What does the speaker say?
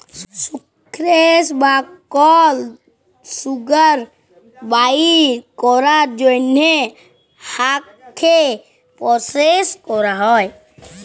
sucrose বা কল sugar বাইর ক্যরার জ্যনহে আখকে পরসেস ক্যরা হ্যয়